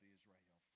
Israel